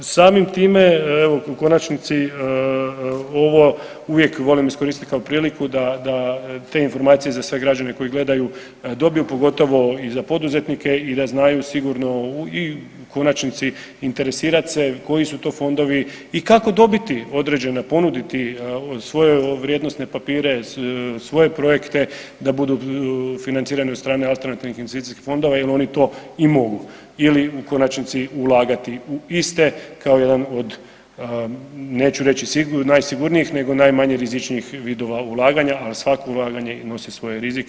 Samim time evo u konačnici ovo uvijek volim iskoristiti kao priliku da, da te informacije za sve građane koji gledaju dobiju, pogotovo i za poduzetnike i da znaju sigurno i u konačnici interesirati se koji su to fondovi i kako dobiti određene ponuditi svoje vrijednosne papire svoje projekte da budu financirani od strane alternativnih investicijskih fondova jer oni to i mogu ili u konačnici ulagati u iste kao jedan od neću reći najsigurnijih nego najmanje rizičnijih vidova ulaganja, a svako ulaganje i nosi svoje rizike.